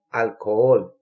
alcohol